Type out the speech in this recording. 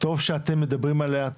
טוב שאתם מדברים עליה,